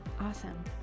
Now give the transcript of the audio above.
Awesome